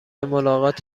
ملاقات